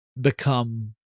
become